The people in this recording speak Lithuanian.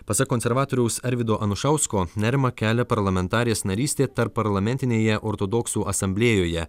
pasak konservatoriaus arvydo anušausko nerimą kelia parlamentarės narystė tarpparlamentinėje ortodoksų asamblėjoje